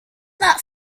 that